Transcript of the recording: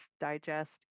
Digest